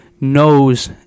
knows